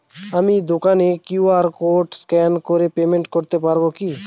আমি দোকানে QR scan করে পেমেন্ট করতে পারবো কি?